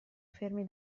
fermi